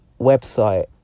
website